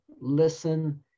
listen